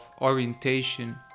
orientation